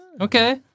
Okay